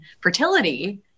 fertility